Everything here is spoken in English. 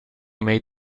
made